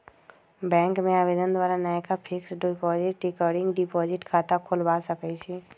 bank में आवेदन द्वारा नयका फिक्स्ड डिपॉजिट, रिकरिंग डिपॉजिट खता खोलबा सकइ छी